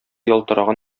ялтыраган